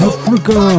Africa